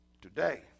Today